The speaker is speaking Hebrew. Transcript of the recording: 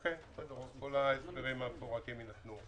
כל העדכונים המפורטים יינתנו.